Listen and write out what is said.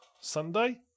Sunday